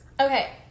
Okay